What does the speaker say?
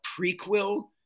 prequel